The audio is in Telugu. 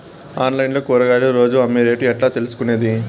ఆన్లైన్ లో కూరగాయలు రోజు అమ్మే రేటు ఎట్లా తెలుసుకొనేది?